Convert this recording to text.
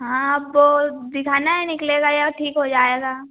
हाँ वो दिखाना है निकलेगा या ठीक हो जाएगा